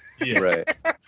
Right